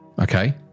Okay